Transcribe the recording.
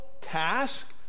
task